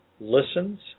listens